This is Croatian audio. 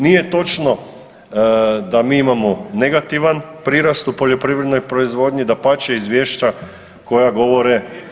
Nije točno da mi imamo negativan prirast u poljoprivrednoj proizvodnji, dapače, izvješća koja govore.